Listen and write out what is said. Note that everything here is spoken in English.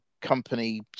company